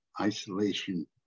isolation